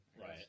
Right